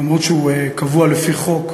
למרות שהוא קבוע לפי חוק.